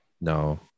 No